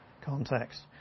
context